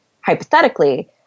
hypothetically